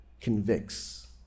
convicts